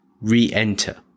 re-enter